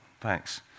Thanks